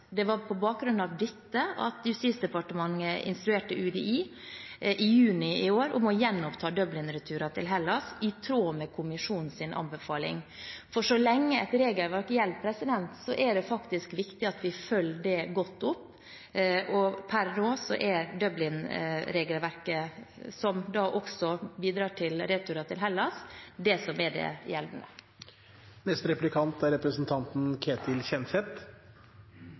Det var på bakgrunn av dette at Justisdepartementet i juni i år instruerte UDI om å gjenoppta Dublin-returer til Hellas i tråd med kommisjonens anbefaling. For så lenge et regelverk gjelder, er det faktisk viktig at vi følger det godt opp, og per nå er det Dublin-regelverket, som også bidrar til returer til Hellas, som er det